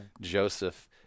Joseph